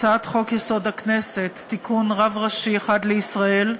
הצעת חוק-יסוד: הכנסת (תיקון) (רב ראשי אחד לישראל)